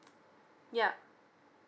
yup